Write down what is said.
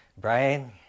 Brian